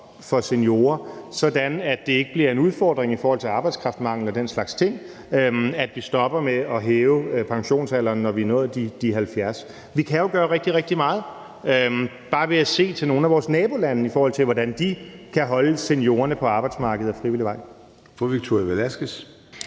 for seniorer, sådan at det ikke bliver en udfordring i forhold til arbejdskraftmangel og den slags ting, at vi stopper med at hæve pensionsalderen, når den er nået til de 70 år. Vi kan jo gøre rigtig, rigtig meget. Bla. kan v bare se til nogle af vores nabolande, i forhold til hvordan de kan holde seniorerne på arbejdsmarkedet af frivillig vej.